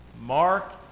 Mark